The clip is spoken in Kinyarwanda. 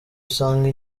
usanga